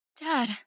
Dad